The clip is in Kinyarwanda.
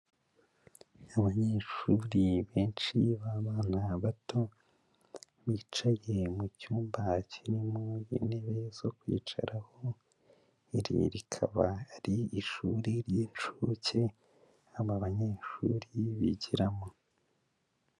Abanyeshuri benshi b'abana bato, bicaye mu cyumba kirimo intebe zo kwicaraho, iri rikaba ari ishuri ry'incuke aba banyeshuri bigiramo.